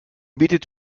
bietet